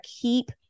keep